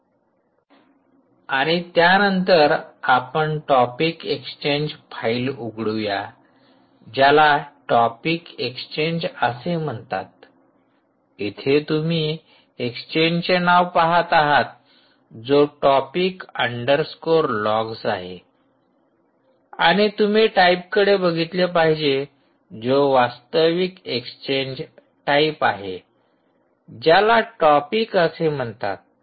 slide वेळ पहा ४४४५ आणि त्यानंतर आपण टॉपिक एक्सचेंज फाईल उघडूया ज्याला टॉपिक एक्सचेंज असे म्हणतात इथे तुम्ही एक्सचेंजचे नाव पाहत आहात जो टॉपिक अंडरस्कोर लॉग्स आहे आणि तुम्ही टाईपकडे बघितले पाहिजे जो वास्तविक एक्सचेंज टाईप आहे ज्याला टॉपिक असे म्हणतात